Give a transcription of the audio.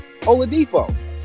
Oladipo